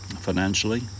financially